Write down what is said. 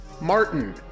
Martin